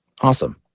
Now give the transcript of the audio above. Awesome